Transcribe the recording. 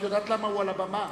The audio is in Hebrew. את יודעת למה הוא על הבמה?